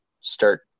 start